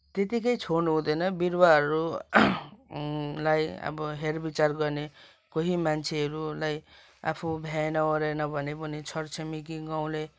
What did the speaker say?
त्यतिकै छोडन हुँदैन बिरूवाहरू लाई अब हेर बिचार गर्ने कोही मान्छेहरूलाई आफू भ्याएन ओरेन भने पनि छर छिमेकी गाउँले